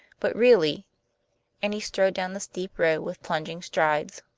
but really and he strode down the steep road with plunging strides.